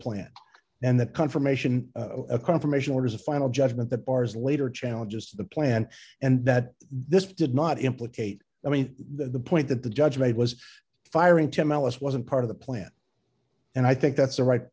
plan and the confirmation a confirmation was a final judgment that bars later challenges the plan and that this did not implicate i mean the point that the judge made was firing to malice wasn't part of the plan and i think that's a right